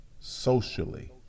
socially